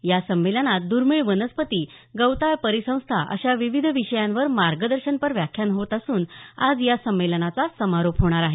या संमेलनात दुर्मिळ वनस्पती गवताळ परिसंस्था अशा विविध विषयांवर मार्गदर्शपर व्याख्यानं होत असून आज या संमलेनाचा समारोप होणार आहे